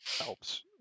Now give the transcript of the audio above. helps